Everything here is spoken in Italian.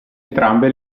entrambe